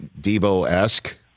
Debo-esque